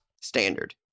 Standard